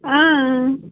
آ آ